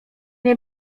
nie